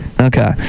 Okay